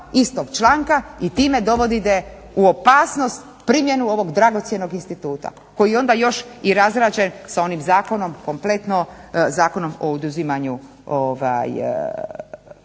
istog članka i time dovodite u opasnost primjenu ovog dragocjenog instituta koji je onda još i razrađen sa onim zakonom, kompletno zakonom o oduzimanju